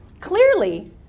Clearly